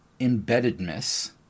embeddedness